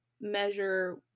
measure